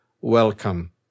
Welcome